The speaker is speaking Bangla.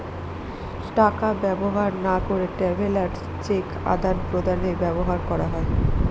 টাকা ব্যবহার না করে ট্রাভেলার্স চেক আদান প্রদানে ব্যবহার করা হয়